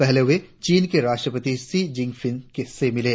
पहले वे चीन के राष्ट्रपति षी जिन फिंग से मिले